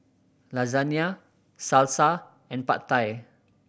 Lasagna Salsa and Pad Thai